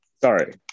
Sorry